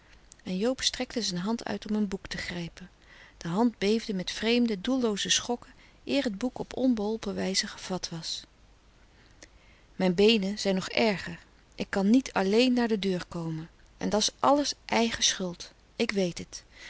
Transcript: en joob strekte zijn hand uit om een boek te grijpen de hand beefde met vreemde doellooze schokken eer het boek op onbeholpen wijze gevat was mijn beenen zijn nog erger ik kan niet alléén naar de deur komen en da's alles eigen schuld ik wéét het